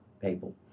people